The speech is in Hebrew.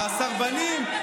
הסרבנים,